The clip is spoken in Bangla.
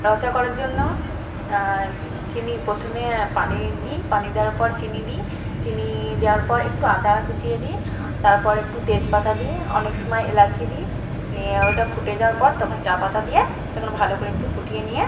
র চা করার জন্য চিনি প্রথমে পানি দিই পানি দেওয়ার পর চিনি দিই চিনি দেওয়ার পর একটু আদা কুঁচিয়ে দিয়ে তারপরে একটু তেজপাতা দিয়ে অনেক সময় এলাচি দিই নিয়ে ওটা ফুটে যাওয়ার পর তখন চা পাতা দিয়ে তখন ভালো করে একটু ফুটিয়ে নিয়ে